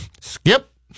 Skip